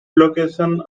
location